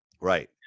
Right